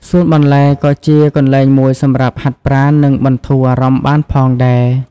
សួនបន្លែក៏ជាកន្លែងមួយសម្រាប់ហាត់ប្រាណ និងបន្ធូរអារម្មណ៍បានផងដែរ។